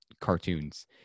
cartoons